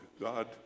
God